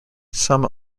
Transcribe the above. some